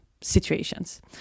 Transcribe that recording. situations